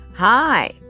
Hi